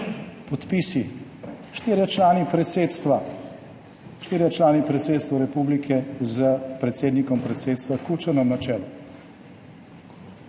podpise štirih članov predsedstva republike s predsednikom predsedstva Kučanom na čelu.